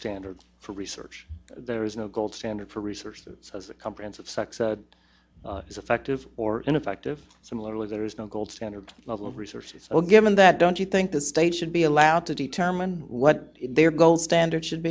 standards for research there is no gold standard for resources such as comprehensive sex as effective or ineffective similarly there is no gold standard level of resources so given that don't you think that states should be allowed to determine what their gold standard should